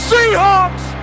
Seahawks